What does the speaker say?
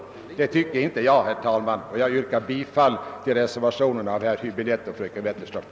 Det tycker inte jag, herr talman. Jag yrkar bifall till reservationen av herr Häbinette och fröken Wetterström.